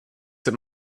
that